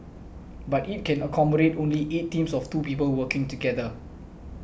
but it can accommodate only eight teams of two people working together